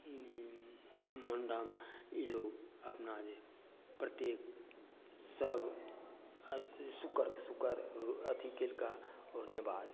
ई मुण्डन ई लोग अपना जे प्रत्येक सब शुक्रके शुक्रके अथी कयलका ओहने बाद